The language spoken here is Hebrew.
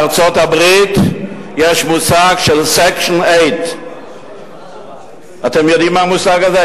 בארצות-הברית יש מושג של Section 8. אתם יודעים מה המושג הזה?